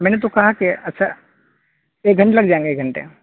میں نے تو کہا کہ اچھا ایک گھنٹے لگ جائیں گے ایک گھنٹے